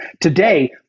Today